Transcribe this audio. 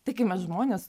taigi mes žmonės